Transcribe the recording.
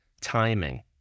timing